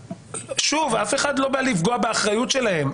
שוב, אף אחד לא בא לפגוע באחריות שלהם.